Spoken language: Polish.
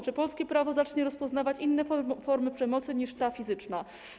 Czy polskie prawo zacznie rozpoznawać inne formy przemocy niż ta fizyczna?